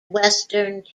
western